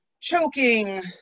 choking